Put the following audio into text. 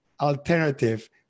alternative